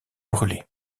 brûlé